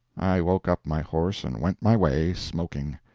i woke up my horse and went my way, smoking.